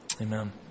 Amen